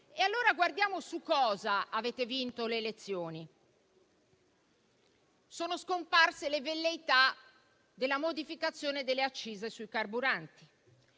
Allora, guardiamo su cosa avete vinto le elezioni. Sono scomparse le velleità della modificazione delle accise sui carburanti.